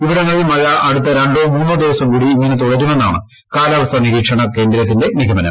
ഇവിടങ്ങളിൽ മഴ അടുത്ത രണ്ടോ മൂന്നോ ദിവസം കൂടി ഇങ്ങനെ തുടരുമെന്നാണ് കാലവസ്ഥാ നിരീക്ഷണ കേന്ദ്രത്തിന്റെ നിഗമനം